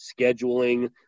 scheduling